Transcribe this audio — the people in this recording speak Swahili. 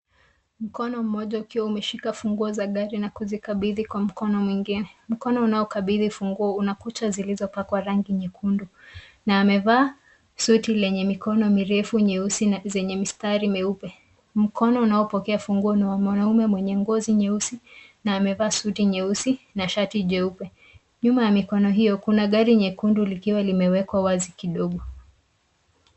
Mkono mmoja ukiwa umeshika funguo za gari na kuzikabidhi kwa mkono mwingine. Mkono unaokabidhi funguo una kucha zilizopakwa rangi nyekundu na amevaa suti lenye mikono mirefu nyeusi na zenye mistari nyeupe. Mkono unaopokea funguo ni wa mwanamume mwenye ngozi nyeusi na amevaa suti nyeusi na shati jeupe. Nyuma ya mikono hio kuna gari nyekundu likiwa limewekwa wazi kidogo.